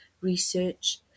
research